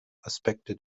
aspekte